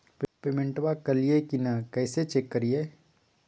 पेमेंटबा कलिए की नय, कैसे चेक करिए?